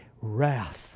wrath